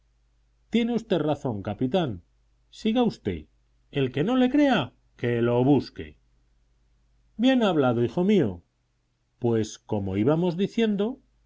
tiene usted razón capitán siga usted el que no lo crea que lo busque bien hablado hijo mío pues como íbamos diciendo